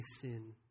sin